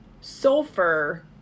sulfur